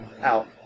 Out